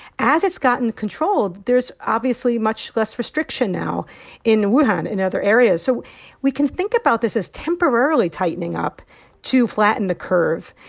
as it's gotten controlled, there's obviously much less restriction now in wuhan and other areas. so we can think about this as temporarily tightening up to flatten the curve.